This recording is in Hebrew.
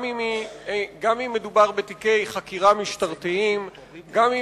גם אם מדובר בתיקי חקירה משטרתיים וגם אם